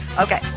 Okay